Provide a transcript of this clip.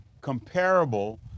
comparable